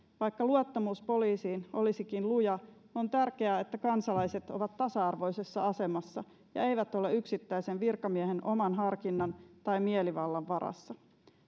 vaikka luottamus poliisiin olisikin luja on tärkeää että kansalaiset ovat tasa arvoisessa asemassa ja eivät ole yksittäisen virkamiehen oman harkinnan tai mielivallan varassa